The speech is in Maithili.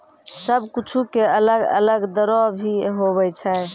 सब कुछु के अलग अलग दरो भी होवै छै